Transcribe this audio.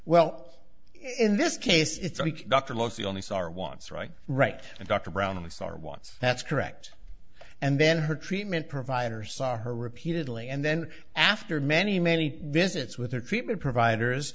well in this case it's like dr lucy only saw our wants right right and dr brown is our once that's correct and then her treatment providers saw her repeatedly and then after many many visits with their treatment providers